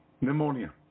Pneumonia